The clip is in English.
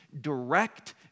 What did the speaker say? direct